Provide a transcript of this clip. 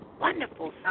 Wonderful